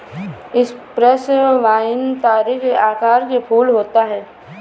Cyprus vine तारे के आकार के फूल होता है